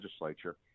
legislature